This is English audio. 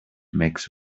makes